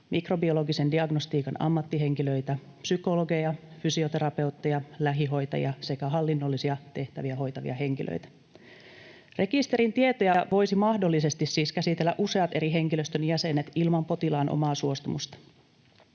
mikrobiologisen diagnostiikan ammattihenkilöitä, psykologeja, fysioterapeutteja, lähihoitajia sekä hallinnollisia tehtäviä hoitavia henkilöitä.” Rekisterin tietoja voisivat mahdollisesti siis käsitellä useat eri henkilöstön jäsenet ilman potilaan omaa suostumusta.